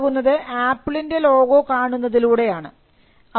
ഇതെല്ലാം ഉണ്ടാകുന്നത് ആപ്പിളിൻറെ ലോഗോ കാണുന്നതിലൂടെ ആണ്